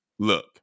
Look